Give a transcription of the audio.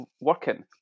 working